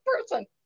person